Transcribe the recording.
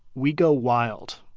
we go wild.